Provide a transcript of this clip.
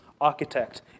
architect